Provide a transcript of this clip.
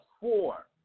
four